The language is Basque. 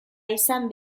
izan